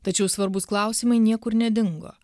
tačiau svarbūs klausimai niekur nedingo